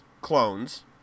clones